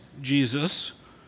Jesus